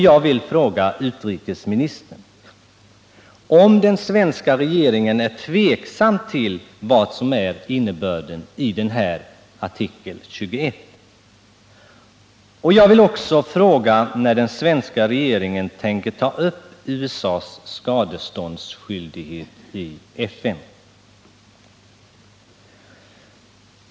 Jag vill fråga utrikesministern om den svenska regeringen är tveksam om innebörden i artikel 21, och jag vill också fråga när den svenska regeringen tänker ta upp USA:s skadeståndsskyldighet i FN.